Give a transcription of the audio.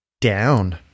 down